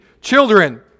Children